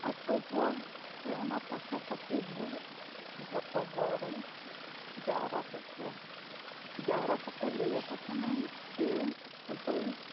ᱟᱛᱳ ᱦᱚᱲ ᱥᱮ ᱚᱱᱟ ᱯᱟᱥᱟᱯᱟᱥᱤ ᱦᱚᱲ ᱡᱷᱚᱛᱚ ᱦᱚᱲᱮ ᱡᱟᱣᱨᱟ ᱠᱮᱫ ᱠᱚᱣᱟ ᱡᱟᱣᱨᱟ ᱠᱟᱛᱮ ᱞᱟᱹᱭᱟᱠᱚ ᱠᱟᱱᱟᱭ ᱪᱮ ᱚᱠᱚᱭᱤᱡ